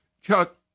Chuck